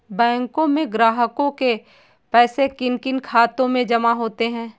बैंकों में ग्राहकों के पैसे किन किन खातों में जमा होते हैं?